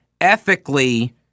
ethically